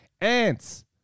Ants